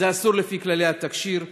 זה אסור לפי כללי התקשי"ר,